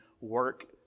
work